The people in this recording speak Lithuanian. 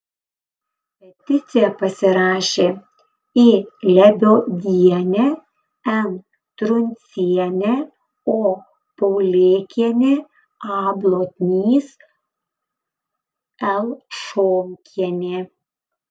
peticiją pasirašė i lebiodienė n truncienė o paulėkienė a blotnys l šomkienė